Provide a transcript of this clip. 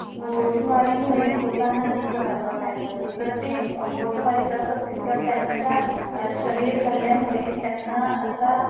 घोडेस्वारीमुळे लोकांना अनेक प्रकारचा फायदा होतो जर ते घोडेस्वारी करत असतील तर त्यांच्या शरीर हलल्यामुळे त्यांना असा